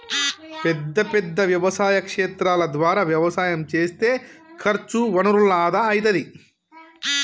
పెద్ద పెద్ద వ్యవసాయ క్షేత్రాల ద్వారా వ్యవసాయం చేస్తే ఖర్చు వనరుల ఆదా అయితది